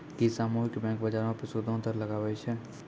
कि सामुहिक बैंक, बजारो पे सूदो दर लगाबै छै?